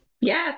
Yes